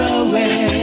away